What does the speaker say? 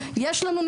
אנחנו גם הורים.